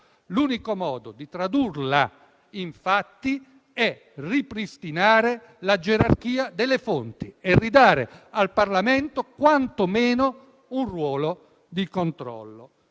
l'unico modo di tradurla in fatti è ripristinare la gerarchia delle fonti e restituire al Parlamento quanto meno un ruolo di controllo.